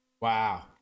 wow